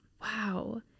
Wow